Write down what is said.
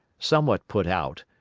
somewhat put out,